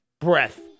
Breath